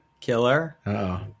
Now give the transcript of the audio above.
killer